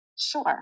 Sure